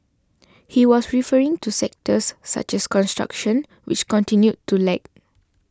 he was referring to sectors such as construction which continued to lag